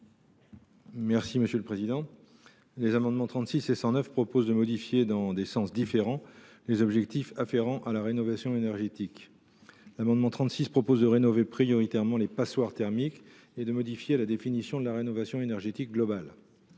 de la commission ? Ces amendements tendent à modifier, dans des sens différents, les objectifs afférents à la rénovation énergétique. L’amendement n° 36 vise à rénover prioritairement les passoires thermiques et à modifier la définition de la rénovation énergétique globale.